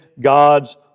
God's